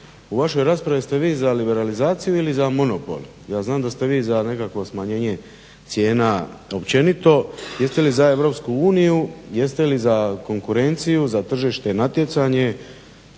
u vašoj raspravi ste vi za liberalizaciju ili za monopol. Ja znam da ste vi za nekakvo smanjenje cijena općenito. Jeste li za EU, jeste li za konkurenciju, za tržište, natjecanje?